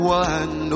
one